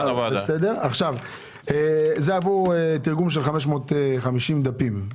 זה עבור תרגום של 550 דפים,